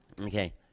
Okay